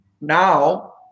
now